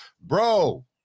Bro